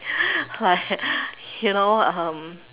like you know um